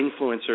influencers